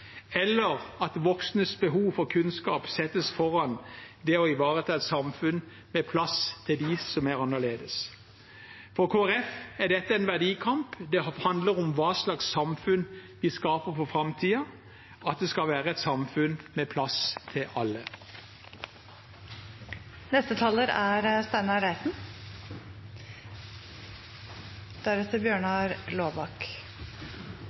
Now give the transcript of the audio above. eller at voksnes behov for kunnskap settes foran det å ivareta et samfunn med plass til dem som er annerledes. For Kristelig Folkeparti er dette en verdikamp. Det handler om hva slags samfunn vi skaper for framtiden – at det skal være et samfunn med plass til